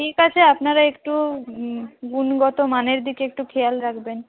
ঠিক আছে আপনারা একটু গুণগত মানের দিকে একটু খেয়াল রাখবেন